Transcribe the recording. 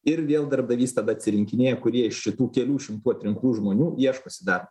ir vėl darbdavys tada atsirinkinėja kurie iš šitų kelių šimtų atrinktų žmonių ieškosi darbo